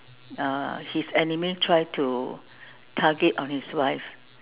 uh his enemy try to target on his wife